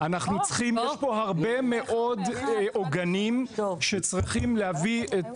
יש פה הרבה מאוד עוגנים שצריכים להביא גם את